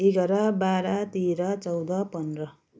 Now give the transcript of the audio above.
एघार बाह्र तेह्र चौध पन्ध्र